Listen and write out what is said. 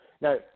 Now